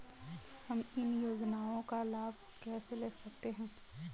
हम इन योजनाओं का लाभ कैसे ले सकते हैं?